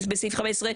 בסעיף 15,